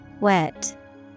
Wet